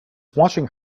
watching